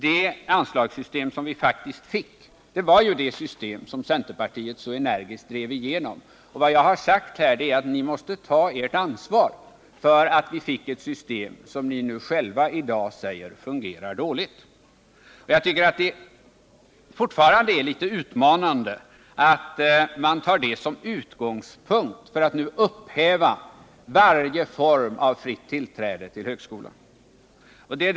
Det anslagssystem som vi faktiskt fick var ju det system som centerpartiet så energiskt drev igenom. Vad jag har sagt är att ni måste ta ert ansvar för att vi fick ett system som ni själva i dag säger fungerar dåligt. Jag tycker fortfarande att det är litet utmanande att man tar det som utgångspunkt för att nu upphäva varje form av fritt tillträde till högskolan.